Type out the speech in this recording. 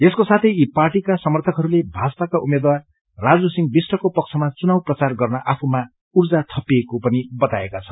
यसको साथै यी पार्टीका समर्थकहरूले भाजपाका उम्मेद्वार राजू सिंह विष्टको पक्षमा चुनाव प्रचार गर्न आफूमा उर्जा थपिएको पनि बताएका छन्